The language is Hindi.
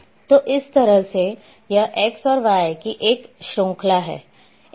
तो इस तरह से यह X और Y की एक श्रृंखला है